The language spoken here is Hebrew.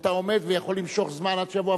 שאתה עומד ויכול למשוך זמן עד שיבוא,